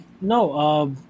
No